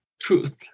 truth